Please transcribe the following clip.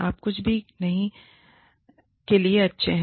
आप कुछ भी नहीं के लिए अच्छे हैं